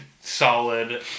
solid